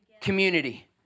Community